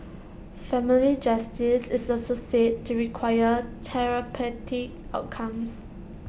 family justice is also said to require therapeutic outcomes